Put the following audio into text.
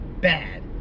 bad